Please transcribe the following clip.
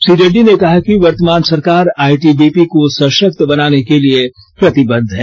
श्री रेड्डी ने कहा कि वर्तमान सरकार आईटीबीपी को सशक्त बनाने के लिए प्रतिबद्ध है